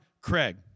craig